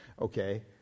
okay